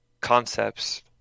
concepts